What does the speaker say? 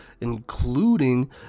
including